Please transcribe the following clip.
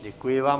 Děkuji vám.